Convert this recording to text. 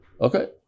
Okay